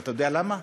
אתה יודע למה?